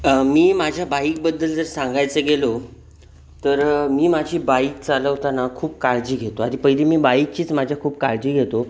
मी माझ्या बाईकबद्दल जर सांगायचं गेलो तर मी माझी बाईक चालवताना खूप काळजी घेतो आणि पहिली मी बाईकचीच माझ्या खूप काळजी घेतो